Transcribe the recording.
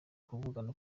kuvugana